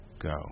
go